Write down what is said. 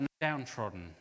downtrodden